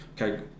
okay